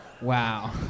Wow